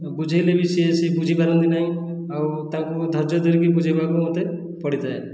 ବୁଝାଇଲେ ବି ସିଏ ସିଏ ବୁଝିପାରନ୍ତି ନାହିଁ ଆଉ ତାଙ୍କୁ ଧର୍ଯ୍ୟ ଧରିକି ବୁଝାଇବାକୁ ମୋତେ ପଡ଼ିଥାଏ